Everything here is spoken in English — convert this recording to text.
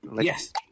Yes